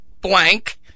blank